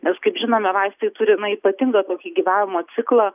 nes kaip žinome vaistai turi na ypatingą tokį gyvavimo ciklą